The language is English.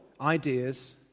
ideas